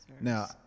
Now